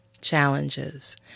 challenges